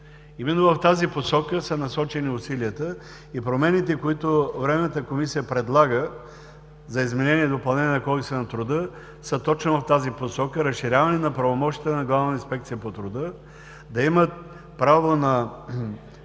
Именно в тази посока са насочени усилията и промените, които Временната комисия предлага за изменение и допълнение на Кодекса на труда, са точно в тази посока: разширяване на правомощията на Главната инспекция по труда – да имат право на